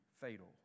fatal